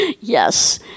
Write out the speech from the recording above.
Yes